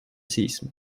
séismes